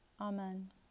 Amen